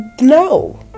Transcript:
no